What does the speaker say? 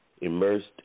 immersed